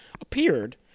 appeared